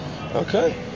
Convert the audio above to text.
Okay